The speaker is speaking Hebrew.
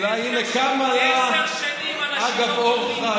אולי קמה לה אגב אורחא,